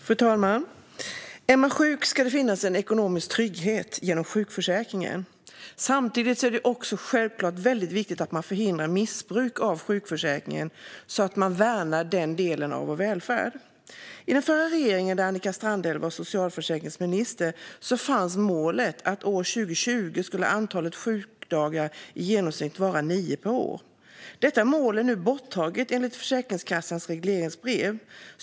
Fru talman! Är man sjuk ska det finnas en ekonomisk trygghet genom sjukförsäkringen. Samtidigt är det självklart viktigt att förhindra missbruk av sjukförsäkringen så att man värnar den delen av vår välfärd. Den förra regeringen, där Annika Strandhäll var socialförsäkringsminister, hade som mål att antalet sjukdagar 2020 i genomsnitt skulle vara nio per år. Detta mål är nu borttaget enligt Försäkringskassans regleringsbrev.